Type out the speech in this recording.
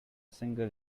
single